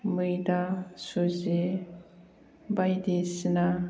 मैदा सुजि बायदिसिना